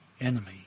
enemy